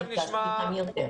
אוקי.